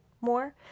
more